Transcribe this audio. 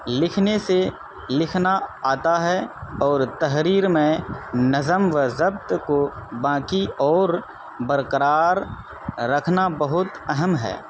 لکھنے سے لکھنا آتا ہے اور تحریر میں نظم و ضبط کو باقی اور برقرار رکھنا بہت اہم ہے